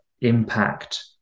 impact